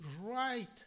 right